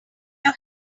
your